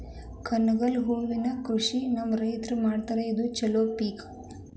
ಕನಗಲ ಹೂವಿನ ಕೃಷಿ ನಮ್ಮ ರೈತರು ಮಾಡತಾರ ಇದು ಚಲೋ ಪಿಕ